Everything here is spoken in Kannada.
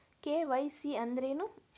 ಕೆ.ವೈ.ಸಿ ಅಂದ್ರೇನು?